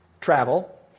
travel